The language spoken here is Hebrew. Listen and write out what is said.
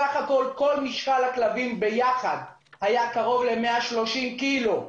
כשבסך הכול משקל הכלבים יחד היה קרוב ל-130 קילו.